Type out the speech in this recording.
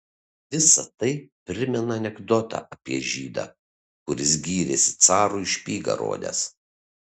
visa tai primena anekdotą apie žydą kuris gyrėsi carui špygą rodęs